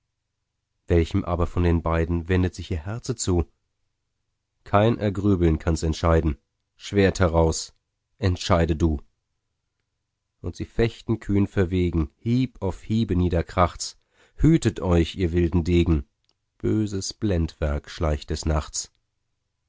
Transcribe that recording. welchem aber von den beiden wendet sich ihr herze zu kein ergrübeln kann's entscheiden schwert heraus entscheide du und sie fechten kühn verwegen hieb auf hiebe niederkrachts hütet euch ihr wilden degen böses blendwerk schleicht des nachts